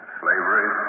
slavery